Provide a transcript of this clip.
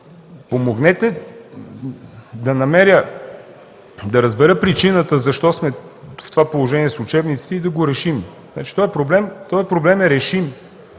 намеря, да разбера причината защо сме в това положение с учебниците и да го решим. Този проблем е решим.